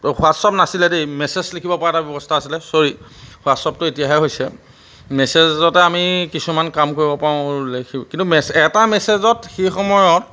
ত' WhatsApp নাছিলে দেই message লিখিব পৰা এটা ব্যৱস্থা আছিলে চৰি হোৱাটছআপটো এতিয়াহে হৈছে মেছেজতে আমি কিছুমান কাম কৰিব পাৰোঁ লিখি কিন্তু মেছে এটা মেছেজত সেই সময়ত